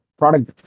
product